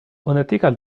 unethical